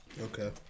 Okay